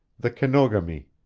the kenogami,